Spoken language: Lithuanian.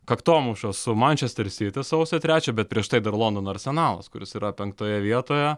kaktomuša su mančester siti sausio trečią bet prieš tai dar londono arsenalas kuris yra penktoje vietoje